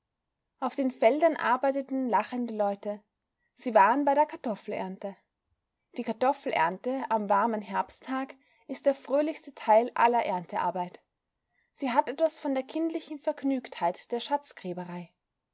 auf den feldern arbeiteten lachende leute sie waren bei der kartoffelernte die kartoffelernte am warmen herbsttag ist der fröhlichste teil aller erntearbeit sie hat etwas von der kindlichen vergnügtheit der